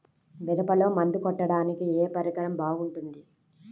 మిరపలో మందు కొట్టాడానికి ఏ పరికరం బాగుంటుంది?